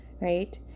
right